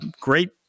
great